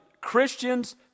Christians